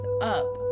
up